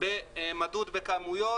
מדוד בכמויות.